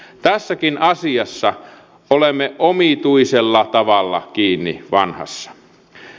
tässäkin asiassa olemme omituisella tavalla kiinni vanhassa